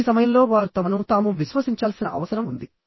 ఈ సమయంలో వారు తమను తాము విశ్వసించాల్సిన అవసరం ఉంది